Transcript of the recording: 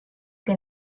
que